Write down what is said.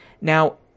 Now